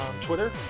Twitter